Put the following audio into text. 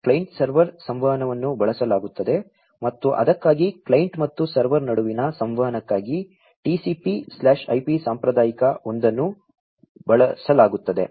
client server ಸಂವಹನವನ್ನು ಬಳಸಲಾಗುತ್ತದೆ ಮತ್ತು ಅದಕ್ಕಾಗಿ ಕ್ಲೈಂಟ್ ಮತ್ತು ಸರ್ವರ್ ನಡುವಿನ ಸಂವಹನಕ್ಕಾಗಿ TCPIP ಸಾಂಪ್ರದಾಯಿಕ ಒಂದನ್ನು ಬಳಸಲಾಗುತ್ತದೆ